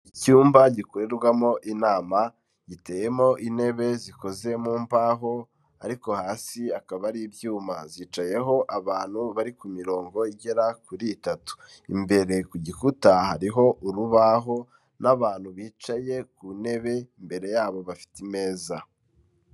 Icyumba gikorerwamo inama giteyemo intebe zikoze mu mbaho ariko hasi akaba ari ibyuma, zicayeho abantu bari ku mirongo igera kuri itatu, imbere ku gikuta hariho urubaho n'abantu bicaye ku ntebe, imbere yabo bafite imeza.